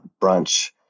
brunch